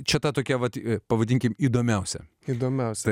čia ta tokia vat pavadinkime įdomiausia įdomiausia